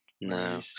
No